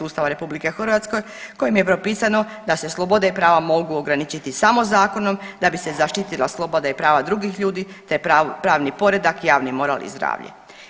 Ustava Republike Hrvatske kojim je propisano da se slobode i prava mogu ograničiti samo zakonom da bi se zaštitila sloboda i prava drugih ljudi, te pravni poredak, javni moral i zdravlje.